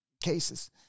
cases